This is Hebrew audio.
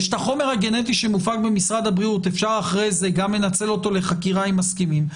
והחומר הגנטי שמופק במשרד הבריאות אפשר אחרי זה לנצל לחקירה אם מסכימים,